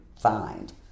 find